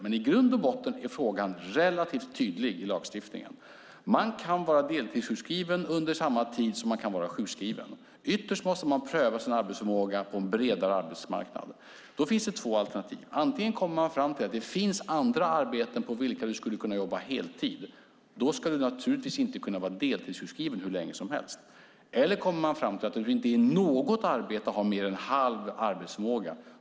Men i grund och botten är frågan relativt tydlig i lagstiftningen: Du kan vara deltidssjukskriven under samma tid som du kan vara sjukskriven. Ytterst måste du pröva din arbetsförmåga på en bredare arbetsmarknad. Då finns det två alternativ. Antingen kommer man fram till att det finns andra arbeten på vilka du skulle kunna jobba heltid. Då ska du naturligtvis inte kunna vara deltidssjukskriven hur länge som helst. Eller också kommer man fram till att du inte i något arbete har mer än halv arbetsförmåga.